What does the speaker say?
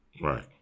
Right